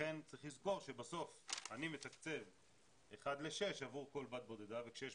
לכן צריך לזכור שבסוף אני מתקצב אחת לשש עבור כל בת בודדה וכשיש